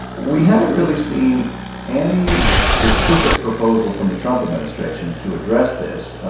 we haven't really seen any specific proposal from the trump administration to address this.